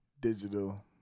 digital